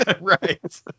Right